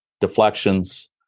deflections